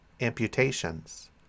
amputations